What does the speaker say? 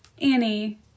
annie